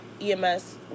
EMS